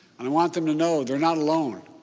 and i want them to know they're not alone.